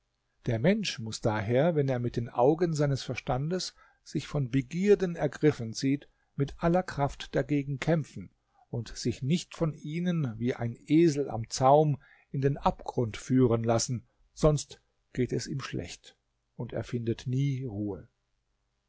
der mensch muß daher wenn er mit den augen seines verstandes sich von begierden ergriffen sieht mit aller kraft dagegen kämpfen und sich nicht von ihnen wie ein esel am zaum in den abgrund führen lassen sonst geht es ihm schlecht und er findet nie ruhe